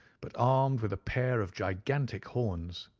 but armed with a pair of gigantic horns.